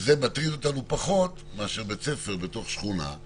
זה מטריד אותנו פחות מאשר בית ספר בתוך שכונה,